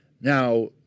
Now